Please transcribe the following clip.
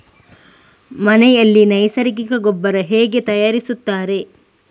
ಮನೆಯಲ್ಲಿ ನೈಸರ್ಗಿಕ ಗೊಬ್ಬರ ಹೇಗೆ ತಯಾರಿಸುತ್ತಾರೆ?